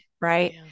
right